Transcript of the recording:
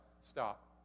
stop